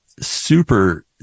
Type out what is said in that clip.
super